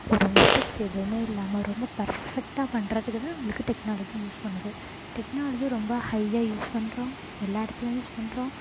ஒரு மிஸ்டேக்ஸ் எதுவுமே இல்லாமல் ரொம்ப பர்ஃபெக்ட்டாக பண்ணுறதுக்கு தான் நம்மளுக்கு டெக்னாலஜி யூஸ் பண்ணுது டெக்னாலஜி ரொம்ப ஹையா யூஸ் பண்ணுறோம் எல்லா இடத்துலையும் யூஸ் பண்ணுறோம்